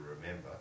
remember